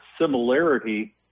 similarity